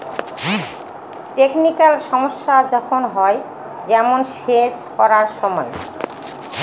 technical সমস্যা যখন হয়, যেমন সেচ করার সময়